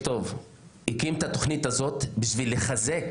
בשביל לחזק